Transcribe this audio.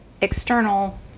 external